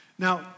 Now